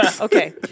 Okay